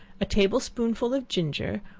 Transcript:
a table-spoonful of ginger,